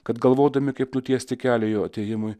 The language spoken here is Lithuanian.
kad galvodami kaip nutiesti kelią jo atėjimui